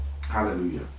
Hallelujah